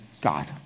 God